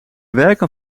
werken